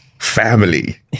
family